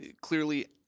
clearly